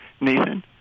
Nathan